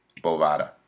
Bovada